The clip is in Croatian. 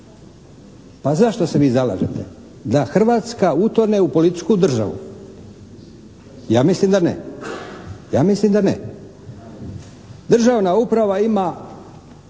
Pa za što se vi zalažete? Da Hrvatska utone u političku državu. Ja mislim da ne. Državna uprava ima